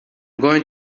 going